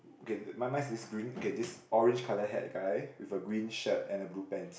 okay mine mine is green okay this orange colour hat guy with a green shirt and a blue pants